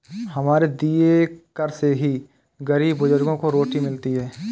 हमारे दिए कर से ही गरीब बुजुर्गों को रोटी मिलती है